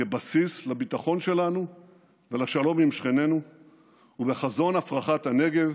כבסיס לביטחון שלנו ולשלום עם שכנינו ולחזון הפרחת הנגב,